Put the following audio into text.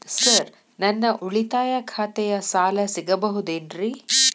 Sir ನನ್ನ ಉಳಿತಾಯ ಖಾತೆಯ ಸಾಲ ಸಿಗಬಹುದೇನ್ರಿ?